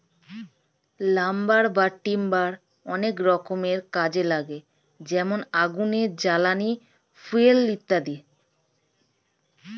lumber বা timber অনেক রকমের কাজে লাগে যেমন আগুনের জ্বালানি, ফুয়েল ইত্যাদি